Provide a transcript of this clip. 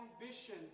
Ambition